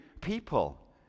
people